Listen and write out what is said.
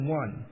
one